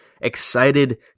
excited